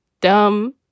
dumb